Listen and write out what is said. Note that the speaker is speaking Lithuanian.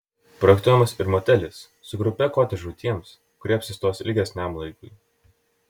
projektuojamas ir motelis su grupe kotedžų tiems kurie apsistos ilgesniam laikui